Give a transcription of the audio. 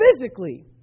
physically